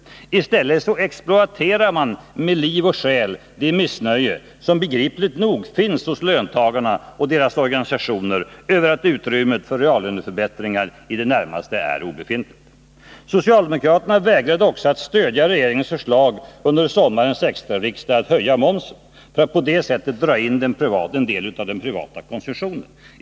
I stället exploaterar man med liv och själ det missnöje som begripligt nog finns hos löntagarna och deras organisationer över att utrymmet för reallöneförbättringar är i det närmaste obefintligt. Socialdemokraterna vägrade också under sommarens extrariksdag att stöjda regeringens förslag om att höja momsen för att på det sättet dra in en del av den privata konsumtionen.